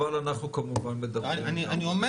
אבל אנחנו כמובן מדברים --- אני אומר